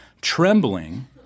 trembling